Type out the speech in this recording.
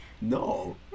No